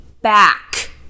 back